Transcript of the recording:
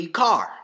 car